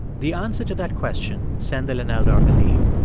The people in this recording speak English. the answer to that question, sandhil and eldar believe,